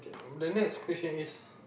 the next question is